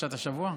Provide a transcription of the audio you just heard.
פרשת השבוע?